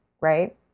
Right